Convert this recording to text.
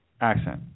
accent